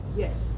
yes